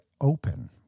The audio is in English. open